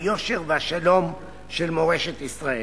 היושר והשלום של מורשת ישראל.